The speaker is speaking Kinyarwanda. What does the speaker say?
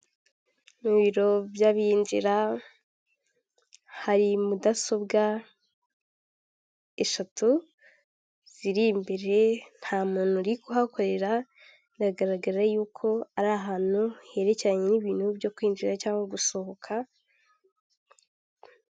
Ni isoko ryiza hasi risashe amakaro hejuru hari parafo, mu rwego rwo kwirinda inyanyagira ry'ibicuruzwa bubatse akayetajeri ko mu biti ku buryo usanga buri gicuruzwa gipanze mu mwanya wacyo.